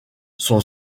son